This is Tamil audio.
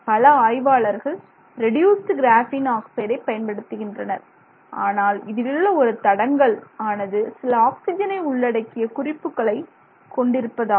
பல ஆய்வாளர்கள் ரெடியூசுடு கிராஃபீன் ஆக்சைடை பயன்படுத்துகின்றனர் ஆனால் இதிலுள்ள ஒரு தடங்கல் ஆனது சில ஆக்சிஜனை உள்ளடக்கிய குறிப்புகளை கொண்டிருப்பதாகும்